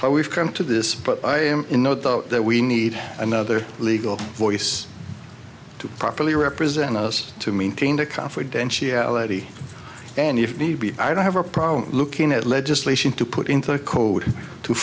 how we've come to this but i am in no doubt that we need another legal voice to properly represent us to maintain the confidentiality and if need be i don't have a problem looking at legislation to put into the code to